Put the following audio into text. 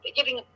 giving